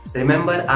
remember